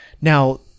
Now